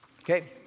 Okay